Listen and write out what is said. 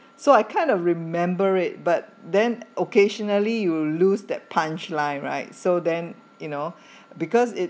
so I can't of remember it but then occasionally you'll lose that punch line right so then you know because it